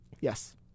Yes